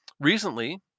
Recently